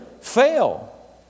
fail